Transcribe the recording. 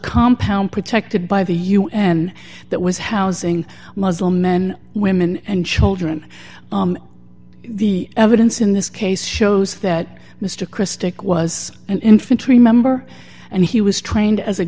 compound protected by the un that was housing muslim men women and children the evidence in this case shows that mr christic was an infantry member and he was trained as a